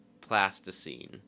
plasticine